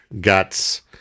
guts